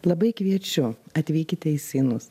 labai kviečiu atvykite į seinus